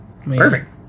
Perfect